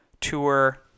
tour